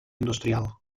industrial